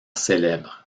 célèbre